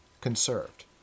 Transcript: conserved